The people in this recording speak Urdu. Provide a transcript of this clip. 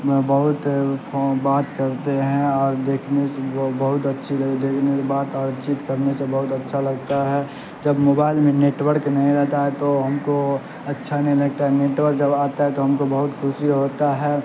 بہت بات کرتے ہیں اور دیکھنے سے بہت اچھی دیکھنے سے بات اور چیت کرنے سے بہت اچھا لگتا ہے جب موبائل میں نیٹورک نہیں رہتا ہے تو ہم کو اچھا نہیں لگتا ہے نیٹورک جب آتا ہے تو ہم کو بہت خوشی ہوتا ہے